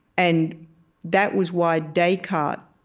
and that was why descartes,